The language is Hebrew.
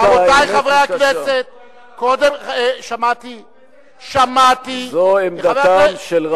אני אמרתי את עמדתי.